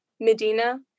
Medina